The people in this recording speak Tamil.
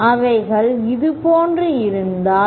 அவைகள் இதுபோன்று இருந்தால்